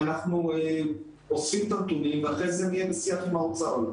אנחנו אוספים את הנתונים ואחרי זה נהיה בשיח עם האוצר.